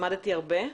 למדתי הרבה.